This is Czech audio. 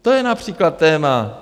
To je například téma.